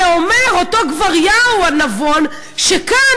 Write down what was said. ואומר אותו גבריהו הנבון ש"כאן,